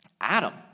Adam